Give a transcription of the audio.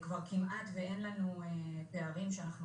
כבר כמעט ואין לנו פערים כמו